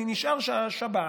אני נשאר שבת,